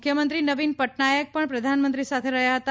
મુખ્યમંત્રી નવિન પટનાયક પણ પ્રધાનમંત્રી સાથે રહ્યા હતા